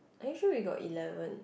are you sure we got eleven